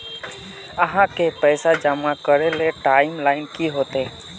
आहाँ के पैसा जमा करे ले टाइम लाइन की होते?